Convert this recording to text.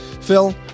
Phil